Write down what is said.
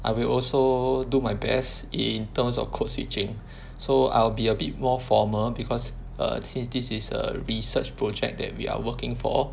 I will also do my best in terms of code switching so I'll be a bit more formal because err since this is a research project that we are working for